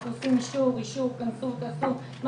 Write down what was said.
אנחנו נותנים אישור, כולנו